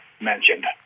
mentioned